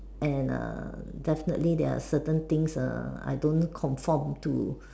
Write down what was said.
and err definitely there are certain things err I don't conform to